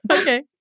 Okay